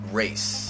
race